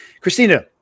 Christina